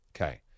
Okay